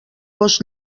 gos